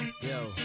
Yo